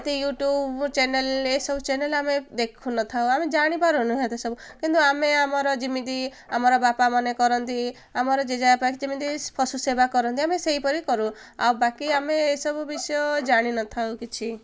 ଏତେ YouTube channel ଏସବୁ channel ଆମେ ଦେଖୁନଥାଉ ଆମେ ଜାଣିପାରୁନୁ ହେତେ ସବୁ କିନ୍ତୁ ଆମେ ଆମର ଯେମିତି ଆମର ବାପା ମାନେ କରନ୍ତି ଆମର ଜେଜେବାପା ଯେମିତି ପଶୁ ସେବା କରନ୍ତି ଆମେ ସେହିପରି କରୁ ଆଉ ବାକି ଆମେ ଏସବୁ ବିଷୟ ଜାଣିନଥାଉ କିଛି